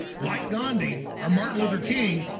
like gandhi or martin luther king,